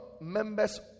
members